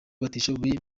batishoboye